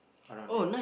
around there